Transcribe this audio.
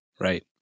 right